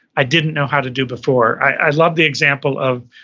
i didn't know how to do before. i love the example of,